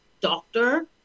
doctor